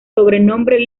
sobrenombre